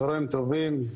צוהריים טובים,